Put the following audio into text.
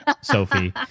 Sophie